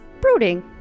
brooding